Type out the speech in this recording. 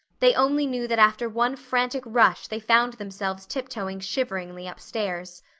they only knew that after one frantic rush they found themselves tiptoeing shiveringly upstairs.